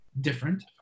different